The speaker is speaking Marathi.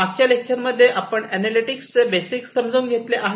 मागच्या लेक्चर मध्ये आपण अॅनालॅटिक्सचे बेसिक समजून घेतले आहेत